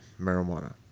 marijuana